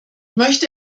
möchte